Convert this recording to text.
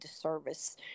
service